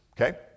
Okay